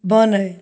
बनय